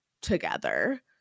together